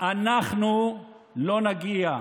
אנחנו לא נגיע.